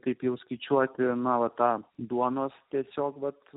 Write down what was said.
taip jau skaičiuoti na va tą duonos tiesiog vat